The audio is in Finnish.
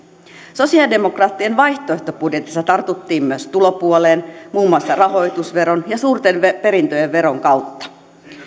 sosialidemokraattien vaihtoehtobudjetissa tartuttiin myös tulopuoleen muun muassa rahoitusveron ja suurten perintöjen veron kautta